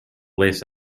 lace